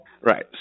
Right